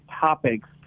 topics